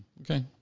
Okay